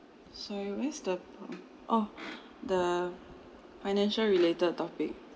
sorry where's the oh the financial related topic